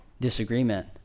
disagreement